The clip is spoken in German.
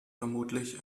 vermutlich